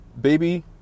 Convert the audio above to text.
baby